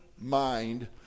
mind